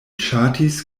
ŝatis